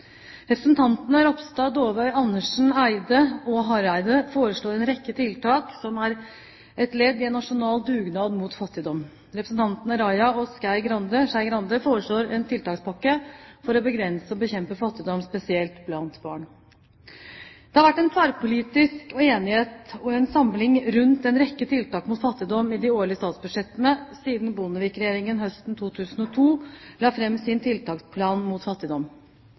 Representantene Ropstad, Dåvøy, Andersen Eide og Hareide foreslår en rekke tiltak som et ledd i en nasjonal dugnad mot fattigdom. Representantene Raja og Skei Grande foreslår en tiltakspakke for å begrense og bekjempe fattigdom, spesielt blant barn. Det har vært en tverrpolitisk enighet om og en samling rundt en rekke tiltak mot fattigdom i de årlige statsbudsjettene siden Bondevik-regjeringen høsten 2002 la fram sin tiltaksplan mot fattigdom.